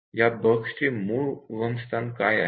या बग्सचे मूळ उगमस्थान काय आहे